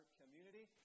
community